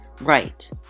Right